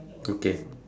okay